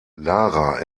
lara